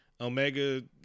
Omega